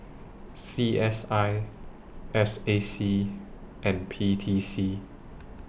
C S I S A C and P T C